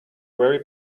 very